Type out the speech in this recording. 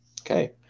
Okay